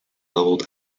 leveled